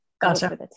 Gotcha